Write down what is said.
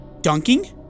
Dunking